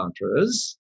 mantras